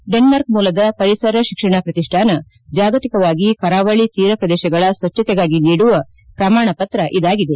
Denmark ಮೂಲದ ಪರಿಸರ ಶಿಕ್ಷಣ ಪ್ರತಿಷ್ಠಾನ ಜಾಗತಿಕವಾಗಿ ಕರಾವಳಿ ತೀರ ಪ್ರದೇಶಗಳ ಸ್ವಜ್ಞತೆಗಾಗಿ ನೀಡುವ ಪ್ರಶಸ್ತಿ ಇದಾಗಿದೆ